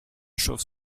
chauve